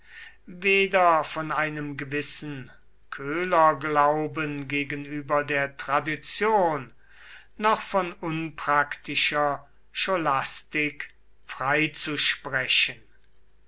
weder von einem gewissen köhlerglauben gegenüber der tradition noch von unpraktischer scholastik freizusprechen